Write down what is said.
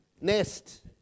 nest